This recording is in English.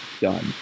Done